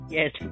Yes